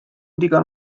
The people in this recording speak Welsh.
digon